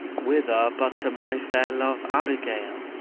whither, but to my fair love abigail?